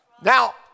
Now